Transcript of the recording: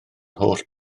holl